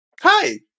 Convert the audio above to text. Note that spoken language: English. hi